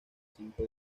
cinco